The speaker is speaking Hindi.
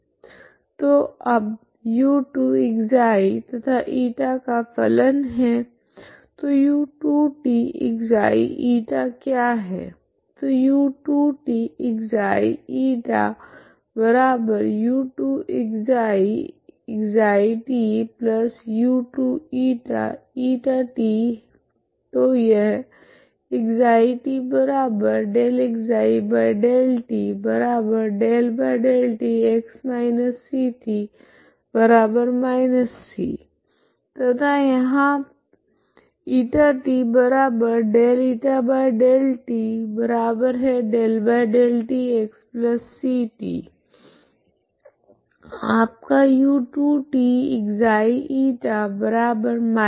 तो अब u2 ξ तथा η का फलन है तो u2t ξ η क्या है तो u2tξηu2ξ ξtu2ηηt तो यह तथा यहाँ आपका u2t ξη−cu2ξ−u2η